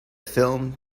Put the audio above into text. film